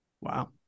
Wow